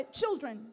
children